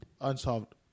unsolved